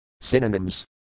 Synonyms